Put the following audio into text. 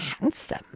handsome